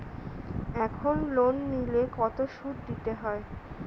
এখন লোন নিলে কত সুদ দিতে হয়?